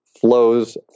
flows